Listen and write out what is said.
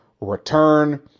return